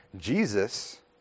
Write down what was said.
Jesus